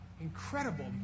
Incredible